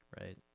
right